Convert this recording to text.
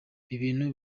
ibintu